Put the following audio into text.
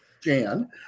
Jan